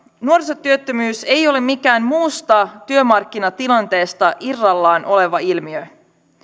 nuorisotyöttömyys ei ole mikään muusta työmarkkinatilanteesta irrallaan oleva ilmiö